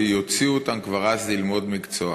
שיוציאו אותם כבר אז ללמוד מקצוע.